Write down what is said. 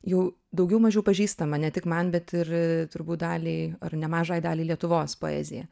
jau daugiau mažiau pažįstama ne tik man bet ir turbūt daliai ar nemažai daliai lietuvos poezija